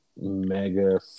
mega